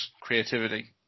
creativity